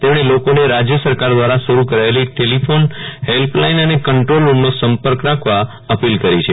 તેમણે લોકો ને રાશ્ય સરકાર દ્વારા શરૂ કરાયેલી ટેલિફોન હેલ્પ લાઇન અને કંટ્રોલ રૂમ નો સંપર્ક રાખવા અપીલ કરી છે